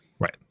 Right